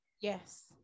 yes